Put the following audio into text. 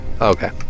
okay